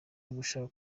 ugushaka